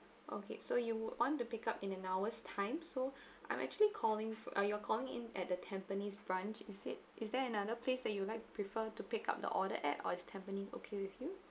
okay so you would want to pick up in an hour's time so I'm actually calling for uh you're calling in at the tampines branch is it is there another place that you'd like prefer to pick up the order at or is tampines okay with you